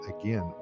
again